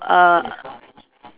uh